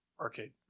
arcade